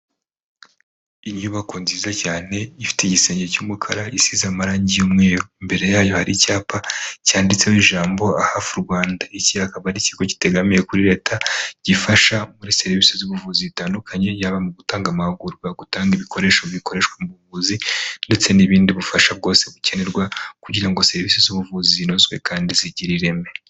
Inyubako nziza cyane ifite igisenge cy'umukara isize amarangi y'umweru, imbere yayo hari icyapa cyanditseho ijambo ahafu Rwanda. Iki akaba ari ikigo kitegamiye kuri leta gifasha muri serivisi z'ubuvuzi zitandukanye yaba mu gutanga amahugurwa, gutanga ibikoresho bikoreshwa mu buvuzi ndetse n'ibindi bufasha bwose bukenerwa kugira ngo serivisi z'ubuvuzi zinozwe kandi zigire ireme.